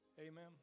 Amen